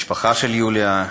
המשפחה של יוליה,